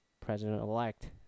president-elect